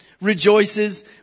rejoices